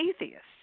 atheists